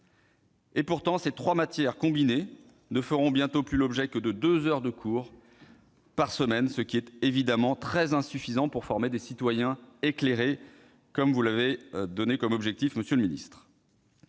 ! Pourtant, ces trois matières combinées ne feront bientôt plus l'objet que de deux heures de cours par semaine, ce qui est évidemment très insuffisant pour former des citoyens éclairés, conformément à l'objectif que vous vous êtes fixé, monsieur le ministre.